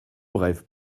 brève